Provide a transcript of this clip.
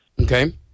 Okay